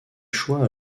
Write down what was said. échoit